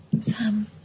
Sam